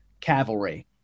Cavalry